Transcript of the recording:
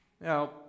Now